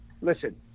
listen